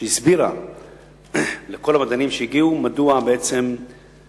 שהסבירה לכל המדענים שהגיעו על העבודה